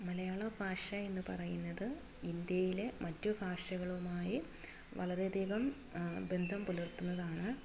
മലയാള ഭാഷയെന്നുപറയുന്നത് ഇന്ത്യയില് മറ്റു ഭാഷകളുമായി വളരെയധികം ബന്ധം പുലർത്തുന്നതാണ്